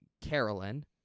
Carolyn